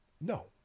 No